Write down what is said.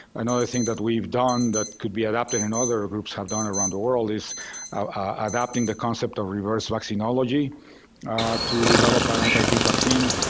another thing that we've done that could be adapted and other ah groups have done around the world is adapting the concept of reverse vaccinology to develop an anti-tick vaccine.